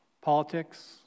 politics